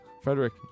Frederick